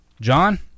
John